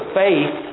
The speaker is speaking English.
faith